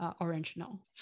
original